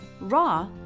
raw